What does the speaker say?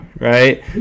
right